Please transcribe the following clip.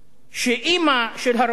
שאמא של הרוצח,